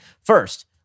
First